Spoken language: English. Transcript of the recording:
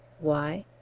why?